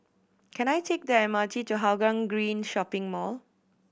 can I take the M R T to Hougang Green Shopping Mall